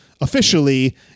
officially